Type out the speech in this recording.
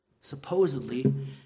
supposedly